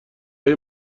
های